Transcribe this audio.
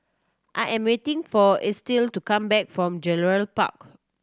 I am waiting for Estill to come back from Gerald Park